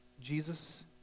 Jesus